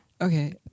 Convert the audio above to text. Okay